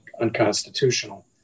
unconstitutional